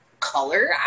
color